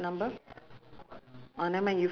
but I seldom go out to J_B lah